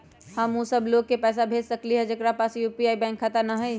हम उ सब लोग के पैसा भेज सकली ह जेकरा पास यू.पी.आई बैंक खाता न हई?